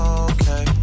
okay